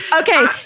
Okay